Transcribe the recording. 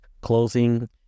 clothing